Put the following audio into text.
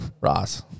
Ross